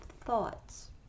thoughts